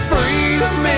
Freedom